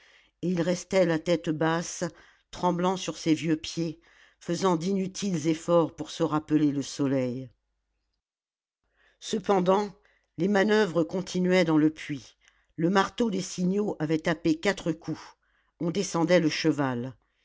et il restait la tête basse tremblant sur ses vieux pieds faisant d'inutiles efforts pour se rappeler le soleil cependant les manoeuvres continuaient dans le puits le marteau des signaux avait tapé quatre coups on descendait le cheval